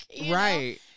Right